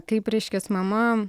kaip reiškias mama